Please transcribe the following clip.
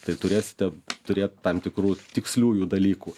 tai turėsite turėt tam tikrų tiksliųjų dalykų